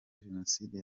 génocide